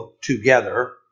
together